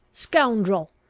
scoundrel!